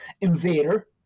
invader